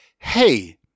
hey